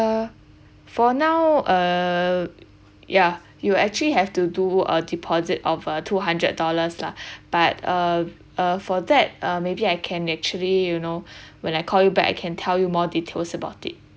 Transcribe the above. uh for now uh ya you actually have to do a deposit of a two hundred dollars lah but uh uh for that uh maybe I can actually you know when I call you back I can tell you more details about it